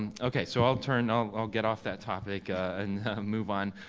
okay, so i'll turn, um i'll get off that topic and move on.